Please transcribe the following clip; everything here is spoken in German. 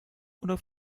oder